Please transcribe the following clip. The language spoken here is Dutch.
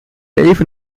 even